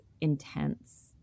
intense